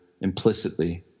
implicitly